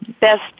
best